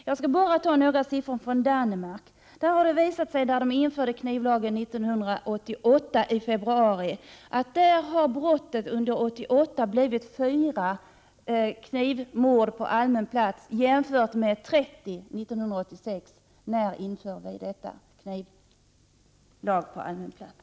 Jag skall nämna några siffror från Danmark. Där införde man den s.k. knivlagen i februari 1988, och det har visat sig att det under 1988 förekommit fyra knivmord på allmän plats jämfört med 30 år 1986. När inför vi motsvarande lag om förbud mot bärande av kniv på allmän plats?